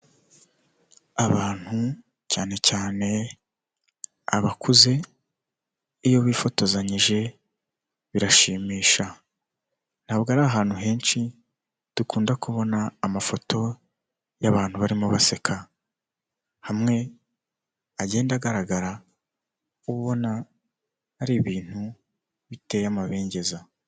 abantu cyane cyane abakuze iyo bifotozanyije birashimisha, ntabwo ari ahantu henshi dukunda kubona amafoto y'abantu barimo baseka hamwe agenda agaragara ubona ari ibintu biteye amabengeza.